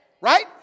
Right